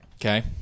Okay